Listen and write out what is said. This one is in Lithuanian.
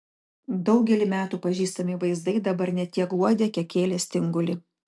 daugelį metų pažįstami vaizdai dabar ne tiek guodė kiek kėlė stingulį